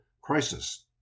crisis